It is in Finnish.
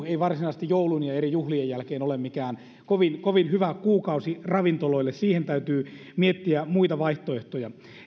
ei varsinaisesti joulun ja eri juhlien jälkeen ole mikään kovin kovin hyvä kuukausi ravintoloille siihen täytyy miettiä muita vaihtoehtoja